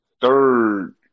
third